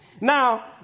Now